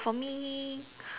for me